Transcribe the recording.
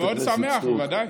אני מאוד אשמח, בוודאי.